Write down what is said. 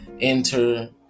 enter